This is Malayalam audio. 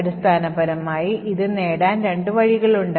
അടിസ്ഥാനപരമായി ഇത് നേടാൻ രണ്ട് വഴികളുണ്ട്